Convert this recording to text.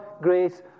grace